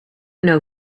know